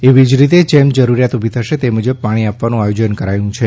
એવી જ રીતે જેમ જરૂરિયાત ઉભી થશે એ મુજબ પાણી આપવાનું આયોજન કરાયું છે